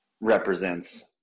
represents